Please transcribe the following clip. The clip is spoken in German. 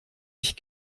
ich